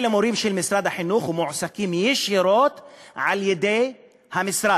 שאלה מורים של משרד החינוך שמועסקים ישירות על-ידי המשרד.